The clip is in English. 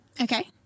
Okay